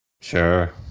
Sure